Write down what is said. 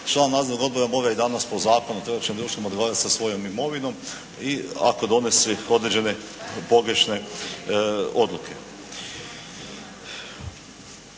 član Nadzornog odbora mora i danas po Zakonu o trgovačkim društvima odgovarati sa svojom imovinom i ako donosi određene pogrešne odluke.